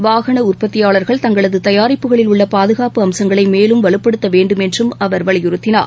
வாகனஉற்பத்தியாளர்கள் தங்களதுதபாரிப்புகளில் உள்ளபாதுகாப்பு அம்சங்களைமேலும் வலுப்படுத்தவேண்டும் என்றும் அவர் வலியுறுத்தினார்